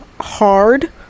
hard